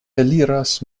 eliras